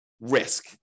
risk